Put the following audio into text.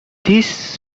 this